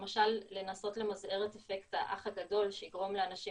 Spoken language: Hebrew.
למשל לנסות למזער את אפקט האח הגדול שיגרום לאנשים